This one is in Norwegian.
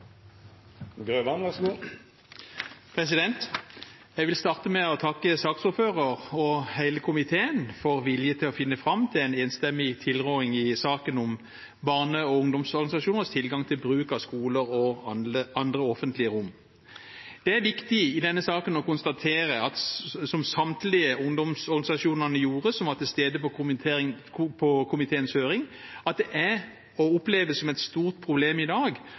Jeg vil starte med å takke saksordføreren og hele komiteen for vilje til å finne fram til en enstemmig tilråding i saken om barne- og ungdomsorganisasjoners tilgang til bruk av skoler og andre offentlige rom. Det er viktig i denne saken å konstatere, som samtlige ungdomsorganisasjoner som var til stede på komiteens høring, gjorde, at det oppleves som et stort problem i dag